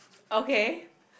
okay